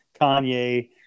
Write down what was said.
Kanye